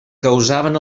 causaven